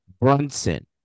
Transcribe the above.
Brunson